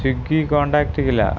Swiggy contact किल